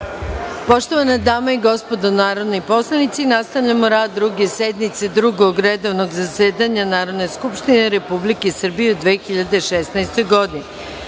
Poštovane dame i gospodo narodni poslanici, nastavljamo rad Druge sednice Drugog redovnog zasedanja Narodne skupštine Republike Srbije u 2016. godini. Na